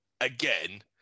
again